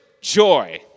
joy